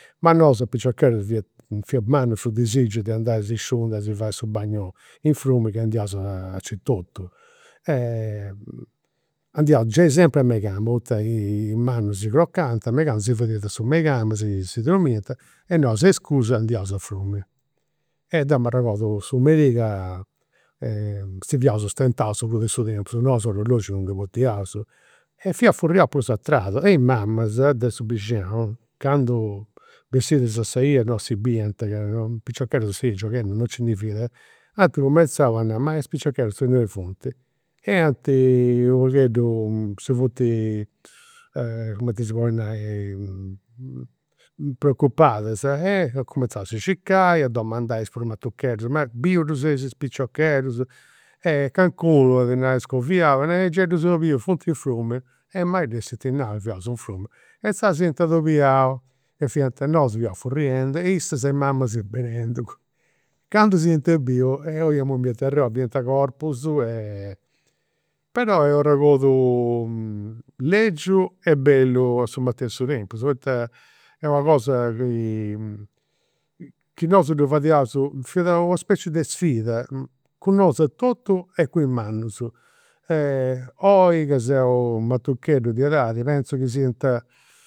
Ma nosu a piciocheddus fiat mannu su disigiu de andai a si sciundi a si fai su bagnu in frumini che andiaus aici e totu. Andiaus giai sempri a meigama poita i' mannus si crocant a meigama, si fadiant su meigama, si dromiant, e nosu a i scusi andiaus a frumini. E deu m'arregodu su merì ca si fiaus stentaus prus de tempus, nosu orologiu non ndi potiaus e fiaus furriaus prus a tradu e i mamas de su bixinau, candu, bessidas a sa 'ia non si bidiant ca piciocheddus in sa 'ia gioghendu non nci ndi fiat, ant cumenzau a nai, ma e is piciocheddus innoi funt, e ant u' pagheddu, si funt cumenti si podit nai, preocupadas. E ant cumenzau a si circai a domandai a is prus matucheddus, ma bius ddus eis is piciocheddus. E calincunu nau iat scoviau, e gei ddus eus bius funt in frumini. E mai dd'essint nau ca fiaus in frumini, e inzaras s'iant adobiau e fiant, nosu fiaus furriendi e issas, i' mamas, benendu. Candu s'iant biu, ohia mommia ti arrori, fiant corpus e. Però est u' arregodu legiu e bellu a su matessi tempus, poita est una cosa chi chi nosu ddu fadiaus, fiat una specie de sfida cun nosu a totu e cun i' mannus. Oi ca seu matucheddu di edadi pentzu chi siant